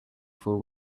full